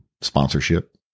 sponsorship